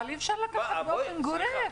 אבל אי-אפשר לקחת באופן גורף.